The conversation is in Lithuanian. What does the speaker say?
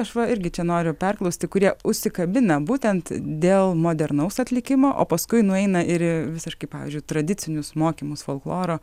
aš va irgi čia noriu perklausti kurie užsikabina būtent dėl modernaus atlikimo o paskui nueina ir visiškai pavyzdžiui tradicinius mokymus folkloro